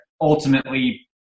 ultimately